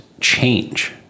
change